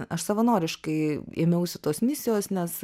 aš savanoriškai ėmiausi tos misijos nes